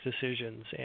decisions